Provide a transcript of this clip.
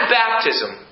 baptism